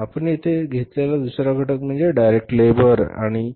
आपण येथे घेतलेला दुसरा घटक म्हणजे डायरेक्ट लेबर किंवा